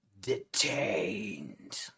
detained